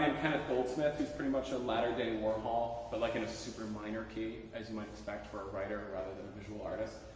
and kenneth goldsmith. he's pretty much a latter day warhol but like in a super minor key as you might suspect for a writer rather than a visual artist.